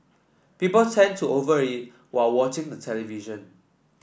people tend to over eat while watching the television